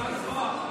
אתה יכול לתמוך,